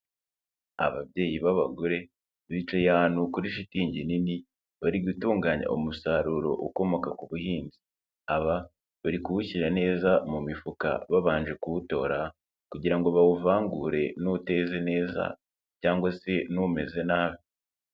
Ababyeyi b'abagore bicaye ahantu kuri shitingi nini bari gutunganya umusaruro ukomoka ku buhinzi, aba bari kuwushyira neza mu mifuka babanje kuwutora kugira ngo bawuvangure n'wuteze neza cyangwa se n'umeze nabi.